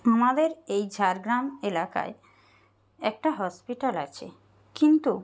আমাদের এই ঝাড়গ্রাম এলাকায় একটা হসপিটাল আছে কিন্তু